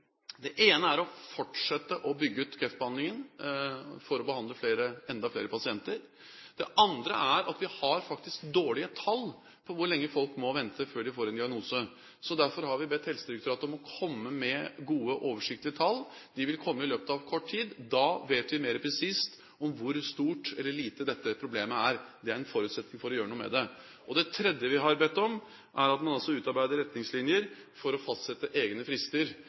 Det ene er å fortsette å bygge ut kreftbehandlingen for å behandle enda flere pasienter. Det andre er at vi faktisk har dårlige tall på hvor lenge folk må vente før de får en diagnose. Derfor har vi bedt Helsedirektoratet om å komme med gode, oversiktlige tall – de vil komme i løpet av kort tid. Da vet vi mer presist hvor stort eller lite dette problemet er, det er en forutsetning for å gjøre noe med det. Det tredje er at man utarbeider retningslinjer for å fastsette egne frister